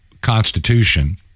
Constitution